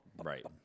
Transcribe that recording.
Right